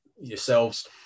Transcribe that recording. yourselves